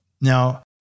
now